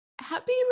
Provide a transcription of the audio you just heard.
happy